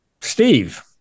Steve